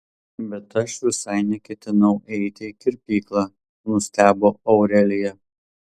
bet aš visai neketinau eiti į kirpyklą nustebo aurelija